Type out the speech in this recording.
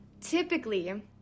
typically